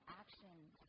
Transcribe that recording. actions